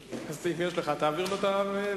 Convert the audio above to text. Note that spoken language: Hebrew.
מסרון.